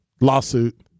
lawsuit